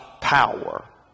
power